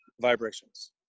vibrations